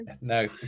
No